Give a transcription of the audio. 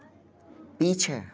पीछे